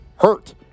hurt